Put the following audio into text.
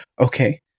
Okay